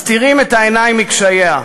מסתירים את העיניים מקשייה.